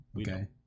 Okay